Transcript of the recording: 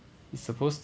he suppose